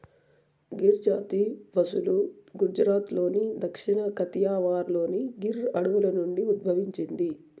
గిర్ జాతి పసులు గుజరాత్లోని దక్షిణ కతియావార్లోని గిర్ అడవుల నుండి ఉద్భవించింది